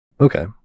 Okay